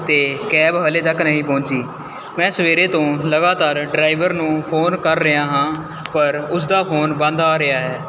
ਅਤੇ ਕੈਬ ਹਲੇ ਤੱਕ ਨਹੀਂ ਪਹੁੰਚੀ ਮੈਂ ਸਵੇਰੇ ਤੋਂ ਲਗਾਤਾਰ ਡਰਾਇਵਰ ਨੂੰ ਫ਼ੋਨ ਕਰ ਰਿਹਾ ਹਾਂ ਪਰ ਉਸਦਾ ਫ਼ੋਨ ਬੰਦ ਆ ਰਿਹਾ ਹੈ